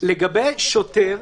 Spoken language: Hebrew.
לגבי שוטר,